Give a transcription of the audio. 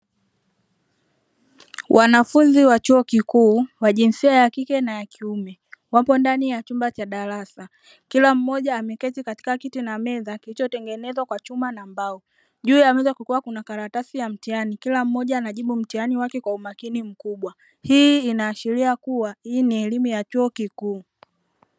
Wanafunzi wa chuo kikuu wa jinsia ya kike na ya kiume wapo ndani ya chumba cha darasa kila mmoja ameketi katika kiti na meza kilichotengenezwa kwa chuma na mbao, juu ya meza kukiwa kuna karatasi ya mtihani kila mmoja anajibu mtihani wake kwa umakini mkubwa hii inaashiria kuwa hii ni elimu ya chuo kikuu.